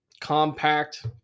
compact